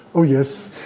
oh yes.